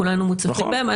כולנו מוצפים בהם.